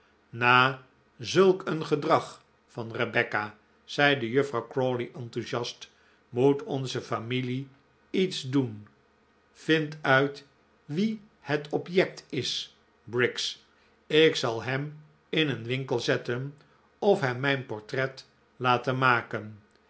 na zulk een gedrag van rebecca zeide juffrouw crawley enthusiast moet onze familie iets doen vind uit wie het object is briggs ik zal hem in een winkel zetten of hem mijn portret laten maken